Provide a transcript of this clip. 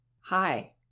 hi